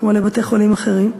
כמו לבתי-חולים אחרים.